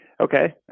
Okay